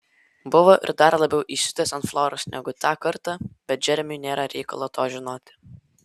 buvo ir dar labiau įsiutęs ant floros negu tą kartą bet džeremiui nėra reikalo to žinoti